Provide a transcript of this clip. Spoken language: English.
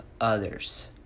others